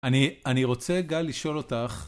אני רוצה, גל, לשאול אותך...